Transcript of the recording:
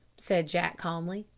said jack calmly.